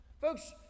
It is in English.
folks